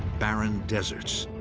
barren deserts,